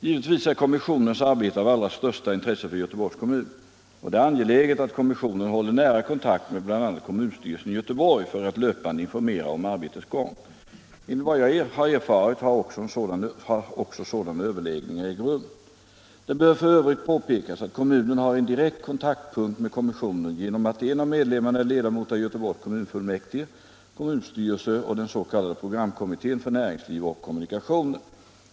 Givetvis är kommissionens arbete av allra största intresse för Göteborgs kommun, och det är angeläget att kommissionen håller nära kontakt med bl.a. kommunstyrelsen i Göteborg för att löpande informera om arbetets gång. Enligt vad jag har erfarit har också sådana överläggningar ägt rum. Det bör f. ö. påpekas att kommunen har en direkt kontaktpunkt med kommissionen genom att en av medlemmarna är ledamot av Göteborgs kommunfullmäktige och kommunstyrelse samt den s.k. programkommittén för näringsliv och kommunikationer.